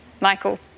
Michael